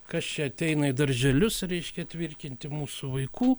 kas čia ateina į darželius reiškia tvirkinti mūsų vaikų